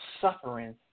suffering